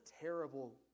terrible